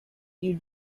you